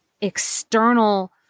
external